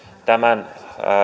tämän